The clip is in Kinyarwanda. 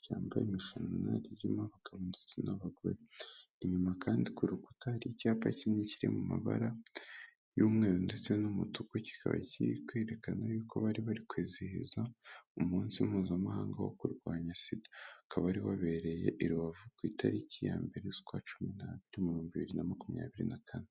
ryambaye imishanana ririmo abagabo ndetse n'abagore inyuma kandi ku rukuta hari icyapa kinini kiri mu mabara y'umweru ndetse n'umutuku kikaba kiri kwerekana yuko bari bari kwizihiza umunsi mpuzamahanga wo kurwanya Sida ukaba wari wabereye i Rubavu ku itariki ya mbere ukwa cumi bibiri na makumyabiri na kane